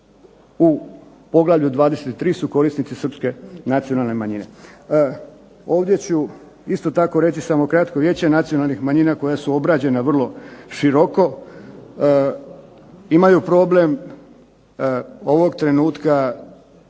u poglavlju 23. su korisnici srpske nacionalne manjine. Ovdje ću isto tako reći samo kratko, Vijeće nacionalnih manjina koja su obrađena vrlo široko, imaju problem ovog trenutka